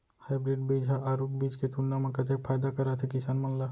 Hybrid बीज हा आरूग बीज के तुलना मा कतेक फायदा कराथे किसान मन ला?